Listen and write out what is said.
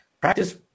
Practice